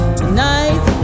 tonight